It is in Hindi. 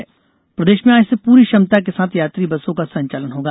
बस संचालन प्रदेश में आज से पूरी क्षमता के साथ यात्री बसों का संचालन होगा